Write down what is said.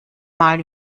mal